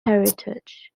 heritage